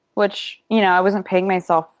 which you know, i wasn't paying myself,